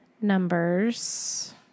numbers